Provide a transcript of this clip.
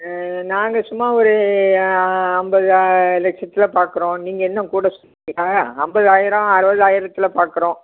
ஆ நாங்கள் சும்மா ஒரு ஐம்பது லட்சத்தில் பார்க்குறோம் நீங்கள் என்ன கூட ஐம்பதாயிரோம் அறுபதாயிரத்துல பார்க்குறோம்